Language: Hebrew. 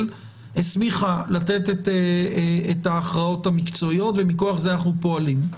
הסמיכה לתת את ההכרעות המקצועיות ומכוח זה אנחנו פועלים.